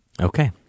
Okay